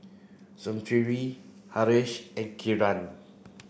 Smriti Haresh and Kiran